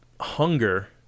hunger